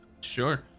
sure